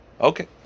Okay